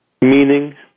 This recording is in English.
meaning